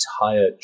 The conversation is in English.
entire